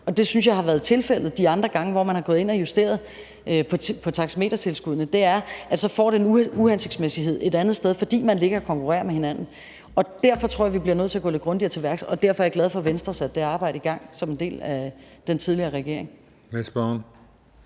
et andet sted i landet. De andre gange, hvor man er gået ind og har justeret på taxametertilskuddene, har det været tilfældet, at det har affødt en uhensigtsmæssighed et andet sted, fordi man ligger og konkurrerer med hinanden. Derfor tror jeg, vi bliver nødt til at gå lidt grundigere til værks, og derfor er jeg glad for, at Venstre satte det arbejde i gang som en del af den tidligere regering.